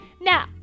Now